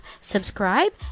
subscribe